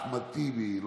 חבר הכנסת אחמד טיבי,